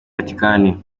vatikani